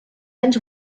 anys